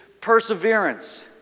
perseverance